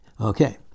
Okay